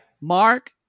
Mark